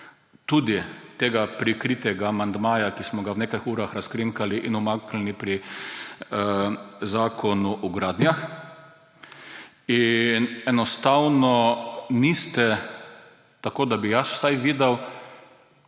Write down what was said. tudi tega prikritega amandmaja, ki smo ga v nekaj urah razkrinkali in umaknili pri zakonu o gradnjah. Enostavno niste, vsaj tako, da bi jaz to videl,